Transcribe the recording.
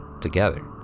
together